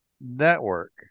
Network